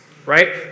right